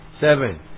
seven